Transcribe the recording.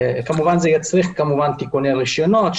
זה יצריך כמובן תיקוני רישיונות,